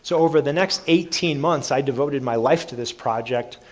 so over the next eighteen months, i devoted my life to this project.